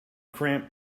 cramp